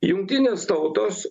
jungtinės tautos